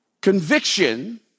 Conviction